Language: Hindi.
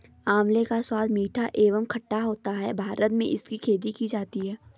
आंवले का स्वाद मीठा एवं खट्टा होता है भारत में इसकी खेती की जाती है